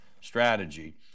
strategy